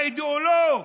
האידיאולוג,